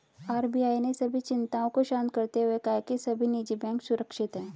RBI ने सभी चिंताओं को शांत करते हुए कहा है कि सभी निजी बैंक सुरक्षित हैं